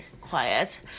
quiet